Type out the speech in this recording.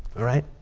all right?